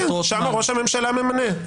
שם ראש הממשלה ממנה.